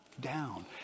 down